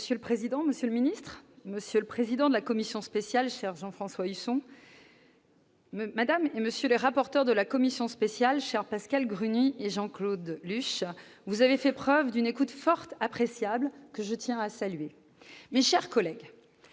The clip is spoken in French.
Monsieur le président, monsieur le secrétaire d'État, monsieur le président de la commission spéciale, cher Jean-François Husson, madame, monsieur les rapporteurs, chers Pascale Gruny et Jean-Claude Luche- vous avez fait preuve d'une écoute fort appréciable que je tiens à saluer -, mes chers collègues,